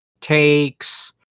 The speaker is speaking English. takes